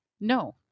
no